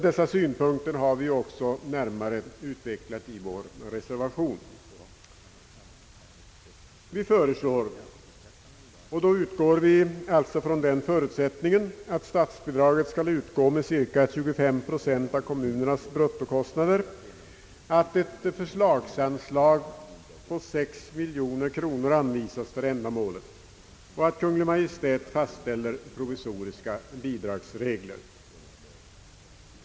Dessa synpunkter har vi också närmare utvecklat i vår reservation. Vi föreslår — och då utgår vi från den förutsättningen att statsbidraget skall utgå med cirka 25 procent av kommunernas bruttokostnader — att ett förslagsanslag på 6 miljoner kronor skall anvisas för ändamålet och att Kungl. Maj:t fastställer provisoriska bidragsregler.